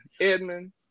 Edmund